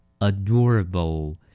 adorable